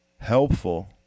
helpful